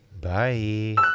Bye